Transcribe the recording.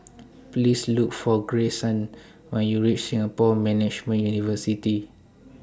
Please Look For Grayson when YOU REACH Singapore Management University